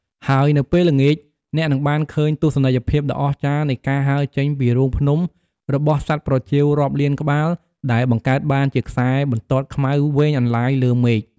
ហើយនៅពេលល្ងាច អ្នកនឹងបានឃើញទស្សនីយភាពដ៏អស្ចារ្យនៃការហើរចេញពីរូងភ្នំរបស់សត្វប្រចៀវរាប់លានក្បាល ដែលបង្កើតបានជាខ្សែបន្ទាត់ខ្មៅវែងអន្លាយលើមេឃ។